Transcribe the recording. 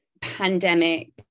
pandemic